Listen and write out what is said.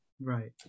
right